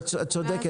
את צודקת.